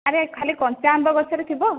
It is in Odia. ଆରେ ଖାଲି କଞ୍ଚା ଆମ୍ବ ଗଛରେ ଥିବ